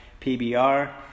PBR